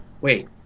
wait